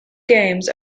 games